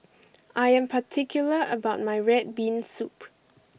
I am particular about my red bean soup